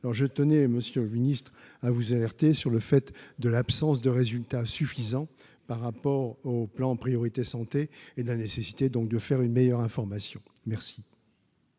alors je tenais, Monsieur le Ministre, à vous alerter sur le fait de l'absence de résultats suffisants par rapport au plan Priorité Santé et de la nécessité, donc de faire une meilleure information, merci.